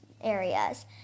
areas